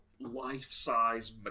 life-size